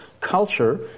culture